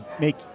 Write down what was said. make